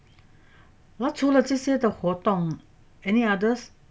然后除了这些的活动 any others